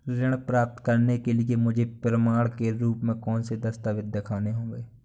ऋण प्राप्त करने के लिए मुझे प्रमाण के रूप में कौन से दस्तावेज़ दिखाने होंगे?